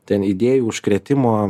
ten idėjų užkrėtimo